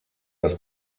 das